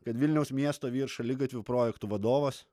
kad vilniaus miesto vyr šaligatvių projektų vadovas